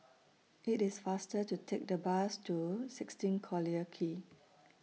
IT IS faster to Take The Bus to sixteen Collyer Quay